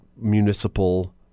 municipal